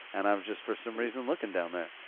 and i'm just, for some reason, looking down there.